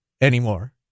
anymore